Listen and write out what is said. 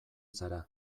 zara